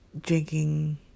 drinking